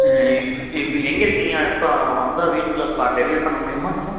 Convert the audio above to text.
இப்போ இப்போ நீங்கள் எங்கே இருக்கிங்களா இப்போ வந்தால் வீட்டில் டெலிவரி பண்ண முடியுமா இப்போ